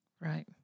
Right